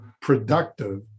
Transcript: productive